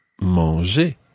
manger